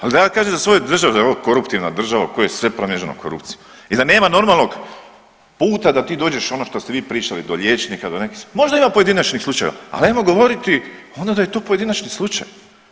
Ali da ja kažem za svoju državu da je ovo koruptivna država u kojoj je sve premreženo korupcijom i da nema normalnog puta da ti dođeš ono što ste vi pričali do liječnika, do nekih možda ima pojedinačnih slučajeva, ali ajmo govoriti da je onda to pojedinačni slučaj.